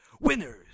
Winners